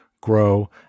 grow